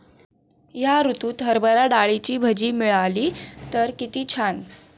या ऋतूत हरभरा डाळीची भजी मिळाली तर कित्ती छान